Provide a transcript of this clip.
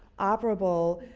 operable.